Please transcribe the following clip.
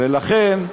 ולכן,